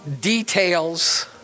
details